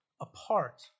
apart